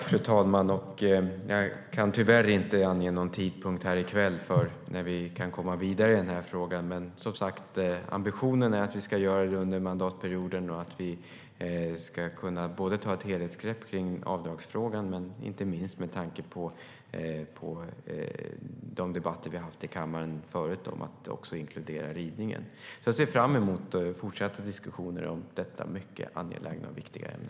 Fru talman! Jag kan tyvärr inte här i kväll ange någon tidpunkt för när vi kan komma vidare i den här frågan, men ambitionen är att vi ska göra det under mandatperioden och att vi ska kunna ta ett helhetsgrepp kring avdragsfrågan, inte minst med tanke på de debatter vi har haft i kammaren förut om att också inkludera ridningen. Jag ser fram emot fortsatta diskussioner om detta mycket angelägna och viktiga ämne.